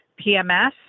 PMS